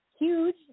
huge